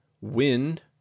wind